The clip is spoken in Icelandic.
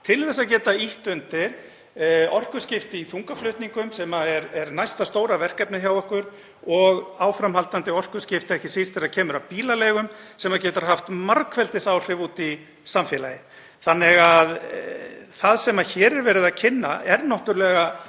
til þess að geta ýtt undir orkuskipti í þungaflutningum, sem er næsta stóra verkefnið hjá okkur, og áframhaldandi orkuskipti, ekki síst þegar kemur að bílaleigum, sem getur haft margfeldisáhrif út í samfélagið. Það sem hér er verið að kynna er fyrst